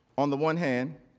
on the one hand,